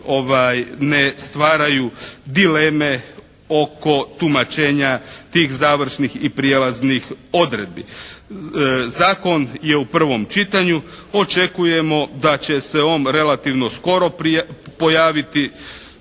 ne stvaraju dileme oko tumačenja tih završnih i prijelaznih odredbi. Zakon je u prvom čitanju. Očekujemo da će se on relativno skoro pojaviti